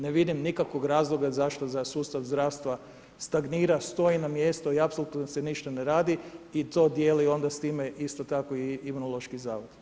Ne vidim nikakvog razloga zašto za sustav zdravstva stagnira, stoji na mjestu i apsolutno se ništa ne radi i to dijeli onda s time isto tako i Imunološki zavod.